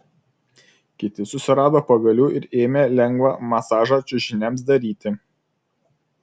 kiti susirado pagalių ir ėmė lengvą masažą čiužiniams daryti